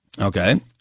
Okay